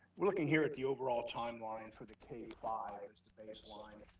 look at here at the overall timeline for the k five baseline.